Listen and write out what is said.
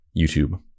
YouTube